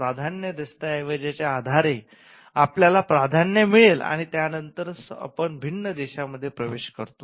प्राधान्य दस्तऐवजाच्या आधारे आपल्याला प्राधान्य मिळेल आणि त्यानंतर आपण भिन्न देशांमध्ये प्रवेश करतो